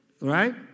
Right